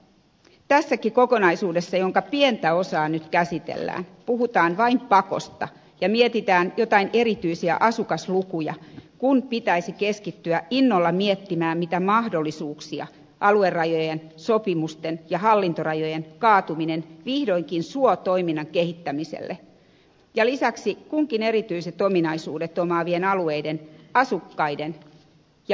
tässäkin kokonaisuudessa jonka pientä osaa nyt käsitellään puhutaan vain pakosta ja mietitään joitain erityisiä asukaslukuja kun pitäisi keskittyä innolla miettimään mitä mahdollisuuksia aluerajojen sopimusten ja hallintorajojen kaatuminen vihdoinkin suo toiminnan kehittämiselle ja lisäksi kunkin erityiset ominaisuudet omaavan alueen asukkaiden ja maksajien hyödyksi